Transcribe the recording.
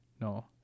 no